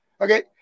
okay